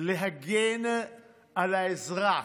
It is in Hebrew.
להגן על האזרח,